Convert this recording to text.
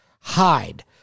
hide